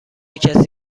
کسی